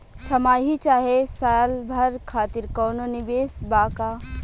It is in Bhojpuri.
छमाही चाहे साल भर खातिर कौनों निवेश बा का?